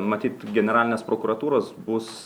matyt generalinės prokuratūros bus